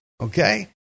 okay